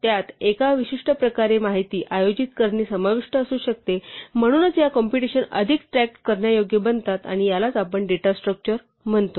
त्यात एका विशिष्ट प्रकारे माहिती आयोजित करणे समाविष्ट असू शकते म्हणून या कॉम्पुटेशन अधिक ट्रॅक्ट करण्यायोग्य बनतात आणि यालाच आपण डेटा स्ट्रक्चर म्हणतो